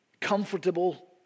comfortable